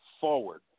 forward